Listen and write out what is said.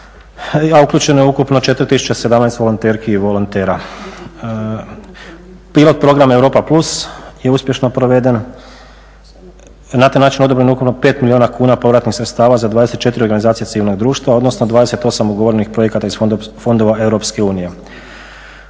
A uključeno je ukupno 4 tisuća 17 volonterki i volontera. Pilot program Europa plus je uspješno proveden, na taj način je odobreno ukupno 5 milijuna kuna povratnih sredstava za 24 organizacije civilnog društva odnosno 28 ugovorenih projekata iz fondova Europske unije.